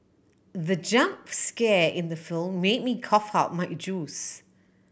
the jump scare in the film made me cough out my juice